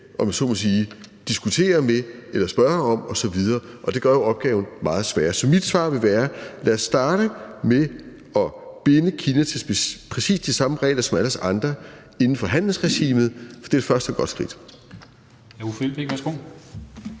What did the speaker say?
om jeg så må sige, diskutere med eller spørge osv., og det gør jo opgaven meget sværere. Så mit svar vil være: Lad os starte med at binde Kina til præcis de samme regler, som alle os andre er bundet til inden for handelsregimet, for det er et første godt skridt.